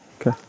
Okay